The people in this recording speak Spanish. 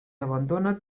abandona